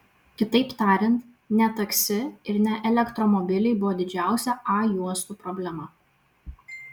kitaip tariant ne taksi ir ne elektromobiliai buvo didžiausia a juostų problema